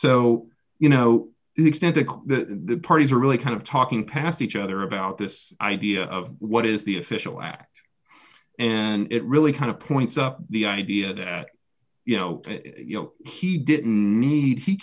so you know the extent that the parties are really kind of talking past each other about this idea of what is the official act and it really kind of points up the idea that you know you know he didn't need he